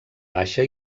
baixa